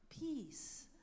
peace